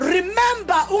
Remember